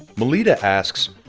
melita asks,